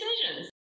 decisions